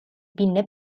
pinne